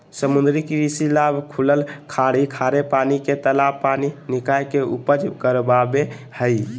समुद्री कृषि लाभ खुलल खाड़ी खारे पानी के तालाब पानी निकाय के उपज बराबे हइ